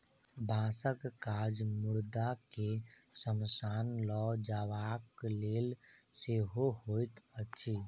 बाँसक काज मुर्दा के शमशान ल जयबाक लेल सेहो होइत अछि